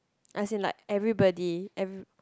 as in like everybody every